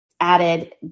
added